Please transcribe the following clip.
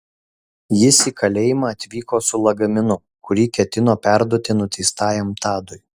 jis į kalėjimą atvyko su lagaminu kuri ketino perduoti nuteistajam tadui